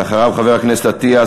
אחריו חבר הכנסת אטיאס,